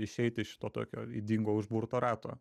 išeiti iš to tokio ydingo užburto rato